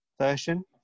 version